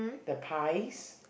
the pies